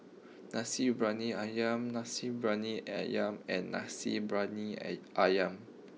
Nasi Briyani Ayam Nasi Briyani Ayam and Nasi Briyani Ayam